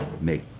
make